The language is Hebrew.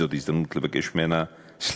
זאת הזדמנות לבקש ממנה סליחה.